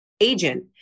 agent